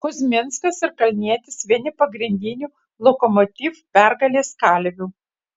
kuzminskas ir kalnietis vieni pagrindinių lokomotiv pergalės kalvių